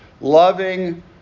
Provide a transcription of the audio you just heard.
loving